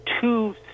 two